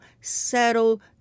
settle